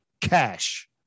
cash